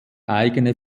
eigene